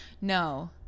No